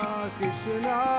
Krishna